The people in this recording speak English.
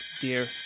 dear